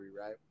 right